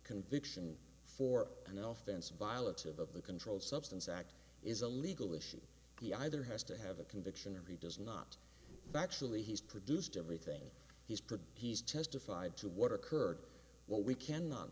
conviction for an elephant's violet's of of the controlled substance act is a legal issue he either has to have a conviction or he does not actually he's produced everything he's put he's testified to what occurred what we cannot